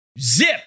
zip